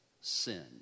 sin